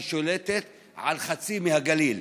ששולטת על חצי מהגליל.